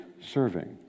serving